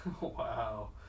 Wow